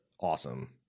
awesome